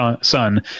son